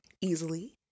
easily